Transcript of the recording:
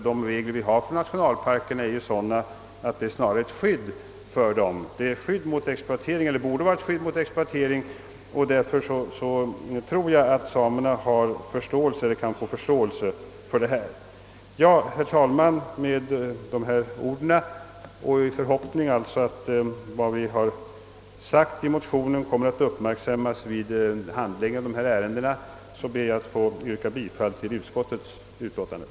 De regler som gäller för nationalparkerna bör snarast anses utgöra ett skydd mot exploatering och därför tror jag att samerna kan ha eller få förståelse för detta. Herr talman! Med det anförda och i förhoppning om att vad som framhållits i motionen kommer att uppmärksammas vid den fortsatta handläggningen av denna fråga ber jag att få yrka bifall till utskottets hemställan.